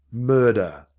murder,